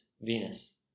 Venus